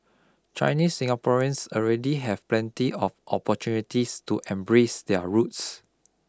Chinese Singaporeans already have plenty of opportunities to embrace their roots